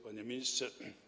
Panie Ministrze!